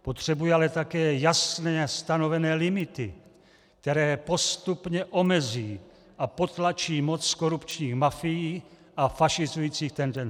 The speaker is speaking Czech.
Potřebuje ale také jasně stanovené limity, které postupně omezí a potlačí moc korupčních mafií a fašizujících tendencí.